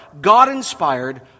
God-inspired